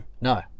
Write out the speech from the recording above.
no